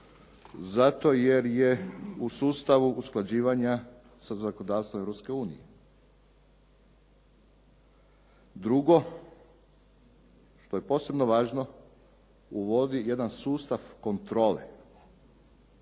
zato jer je u sustavu usklađivanja sa zakonodavstvom Europske unije. Drugo, što je posebno važno uvodi jedan sustav kontrole.